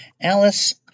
Alice